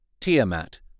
Tiamat